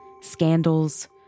scandals